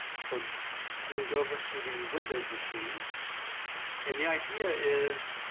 so i'm gonna go over to the windows machine and the idea is